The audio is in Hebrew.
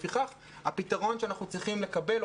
לפיכך הפתרון שאנחנו צריכים לקבל,